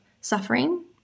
suffering